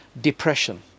Depression